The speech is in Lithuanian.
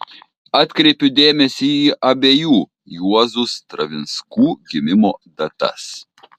atkreipiu dėmesį į abiejų juozų stravinskų gimimo datas